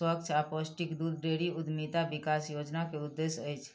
स्वच्छ आ पौष्टिक दूध डेयरी उद्यमिता विकास योजना के उद्देश्य अछि